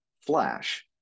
flash